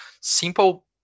simple